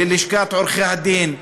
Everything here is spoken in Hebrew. ללשכת עורכי-הדין,